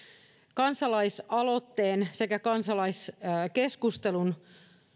kansalaisaloitteen sekä kansalaiskeskustelun